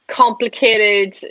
complicated